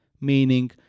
meaning